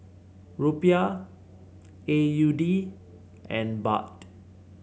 Rupiah A U D and Baht